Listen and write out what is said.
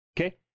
Okay